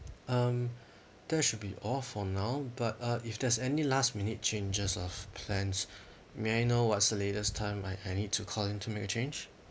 um that should be all for now but uh if there's any last minute changes of plans may I know what's the latest time I I need to call in to make a change